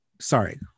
Sorry